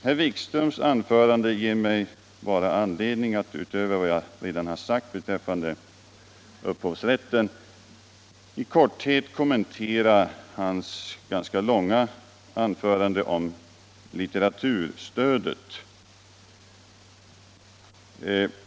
Herr Wikströms anförande ger mig bara anledning att utöver vad jag redan sagt beträffande upphovsrätten i korthet kommentera hans ganska långa utläggning om litteraturstödet.